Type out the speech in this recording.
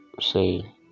say